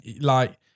like-